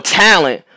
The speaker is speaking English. talent